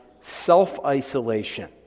self-isolation